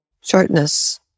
shortness